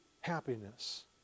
happiness